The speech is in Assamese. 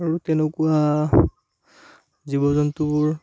আৰু তেনেকুৱা জীৱ জন্তুবোৰ